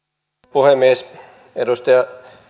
puhemies edustaja